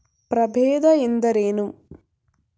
ಪ್ರಭೇದ ಎಂದರೇನು?